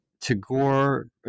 Tagore